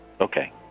okay